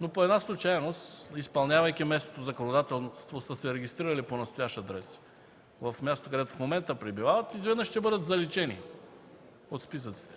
но по една случайност, изпълнявайки местното законодателство, са се регистрирали по настоящ адрес в мястото, където в момента пребивават, изведнъж ще бъдат заличени от списъците.